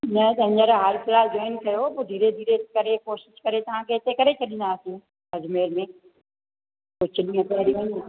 न त हींअंर हाल फ़िलहाल जॉइन कयो पोइ धीरे धीरे करे कोशिश करे तव्हांखे हिते करे छॾींदासीं अजमेर में कुझु ॾींहं पहरियूं